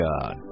God